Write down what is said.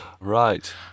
Right